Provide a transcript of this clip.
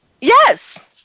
yes